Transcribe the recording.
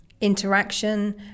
interaction